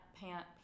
pant